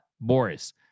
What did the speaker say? Boris